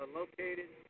located